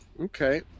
Okay